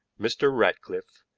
mr. ratcliffe,